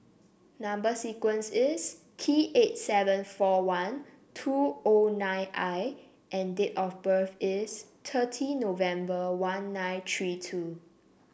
number sequence is T eight seven four one two O nine I and date of birth is thirty November one nine three two